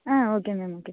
ah okay ma'am okay ma'am